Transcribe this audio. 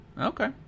Okay